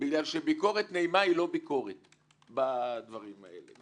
כי ביקורת נעימה אינה ביקורת בדברים האלה.